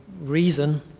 reason